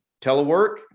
telework